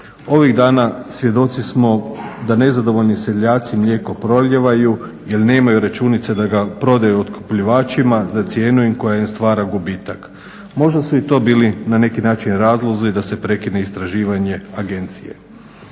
Ovih dana svjedoci smo da nezadovoljni seljaci mlijeko prolijevaju jer nemaju računice da ga prodaju otkupljivačima za cijenu koja im stvara gubitak. Možda su i to bili na neki način razlozi da se prekine istraživanje agencije.